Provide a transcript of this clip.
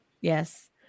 Yes